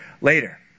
later